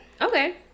Okay